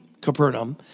Capernaum